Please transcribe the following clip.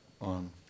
on